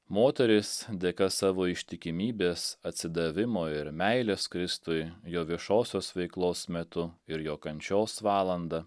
moterys dėka savo ištikimybės atsidavimo ir meilės kristui jo viešosios veiklos metu ir jo kančios valandą